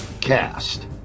cast